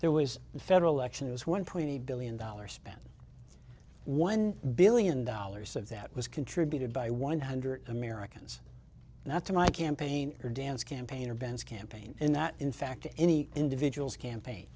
there was the federal election it was one point eight billion dollars spent one billion dollars of that was contributed by one hundred americans not to my campaign or dance campaign or ben's campaign and that in fact any individual's campaign